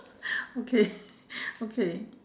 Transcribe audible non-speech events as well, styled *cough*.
*breath* okay *breath* okay